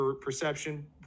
perception